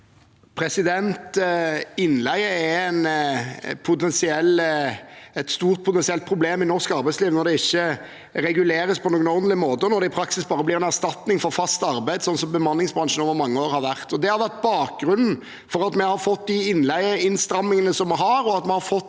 Innleie er et stort potensielt problem i norsk arbeidsliv når det ikke reguleres på en ordentlig måte, og når det i praksis bare blir en erstatning for fast arbeid, sånn som bemanningsbransjen over mange år har vært. Det har vært bakgrunnen for at vi har fått de innleieinnstrammingene som vi har,